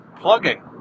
plugging